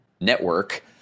network